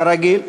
כרגיל.